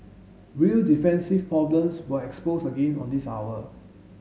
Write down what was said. real defensive problems were exposed again on this hour